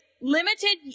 limited